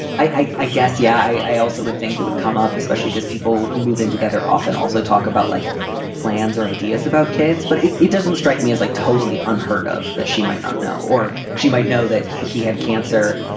i i guess yeah i also would think it would come up, especially because people who move in together often also talk about like plans or ideas about kids. but it it doesn't strike me as like totally unheard of that she might not know or she might know that he had cancer,